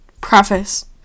preface